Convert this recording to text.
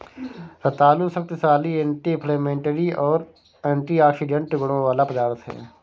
रतालू शक्तिशाली anti inflammatory और एंटीऑक्सीडेंट गुणों वाला पदार्थ है